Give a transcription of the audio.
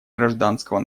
гражданского